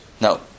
No